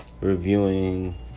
reviewing